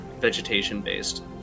vegetation-based